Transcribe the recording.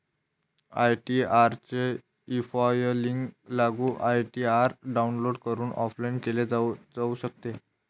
ITR चे e filing लागू ITR download करून ऑफलाइन केले जाऊ शकते